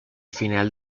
final